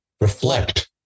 reflect